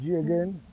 again